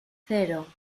cero